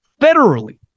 federally